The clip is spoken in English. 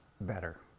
better